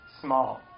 small